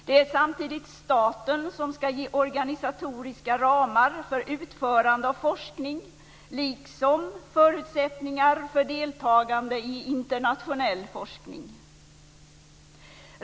Det är samtidigt staten som ska ge organisatoriska ramar för utförande av forskning, liksom förutsättningar för deltagande i internationell forskning.